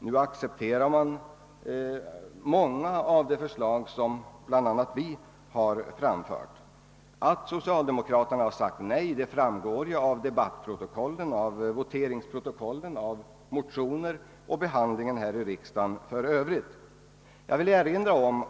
Nu accepterar de många förslag som bland andra vi har framfört. Att socialdemokraterna har sagt nej framgår av debattprotokoll, av voteringsprotokoll, av motioner och av behandlingen här i riksdagen för övrigt.